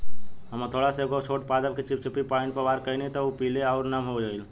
हम हथौड़ा से एगो छोट पादप के चिपचिपी पॉइंट पर वार कैनी त उ पीले आउर नम हो गईल